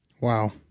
Wow